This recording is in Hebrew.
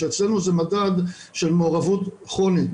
שאצלנו זה מדד של מעורבות כרונית,